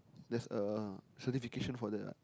there's a certification for that right